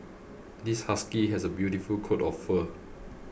this husky has a beautiful coat of fur